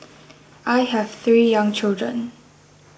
I have three young children